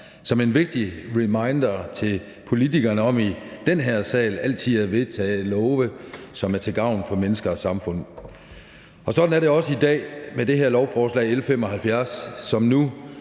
som en reminder til politikerne om i den her sal altid at vedtage love, som er til gavn for mennesker og samfund. Sådan er det også i dag med det her lovforslag, L 75, som nu